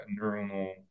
neuronal